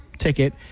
ticket